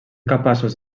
capaços